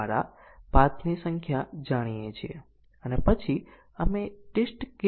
ઉદાહરણ તરીકે 1 અને 5 પ્રથમ બેઝીક કન્ડીશન નું સ્વતંત્ર મૂલ્યાંકન પ્રાપ્ત કરે છે